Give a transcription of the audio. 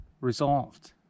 resolved